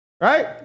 right